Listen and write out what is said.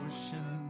Ocean